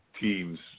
teams